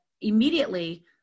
immediately